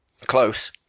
Close